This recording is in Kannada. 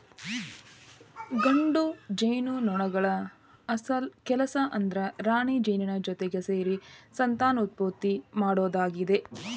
ಗಂಡು ಜೇನುನೊಣಗಳ ಕೆಲಸ ಅಂದ್ರ ರಾಣಿಜೇನಿನ ಜೊತಿಗೆ ಸೇರಿ ಸಂತಾನೋತ್ಪತ್ತಿ ಮಾಡೋದಾಗೇತಿ